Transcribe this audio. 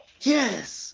Yes